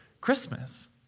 Christmas